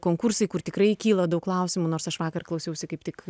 konkursai kur tikrai kyla daug klausimų nors aš vakar klausiau kaip tik